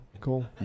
cool